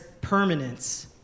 permanence